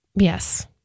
Yes